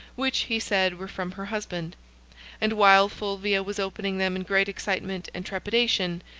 which, he said, were from her husband and while fulvia was opening them in great excitement and trepidation,